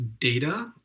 data